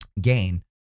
gain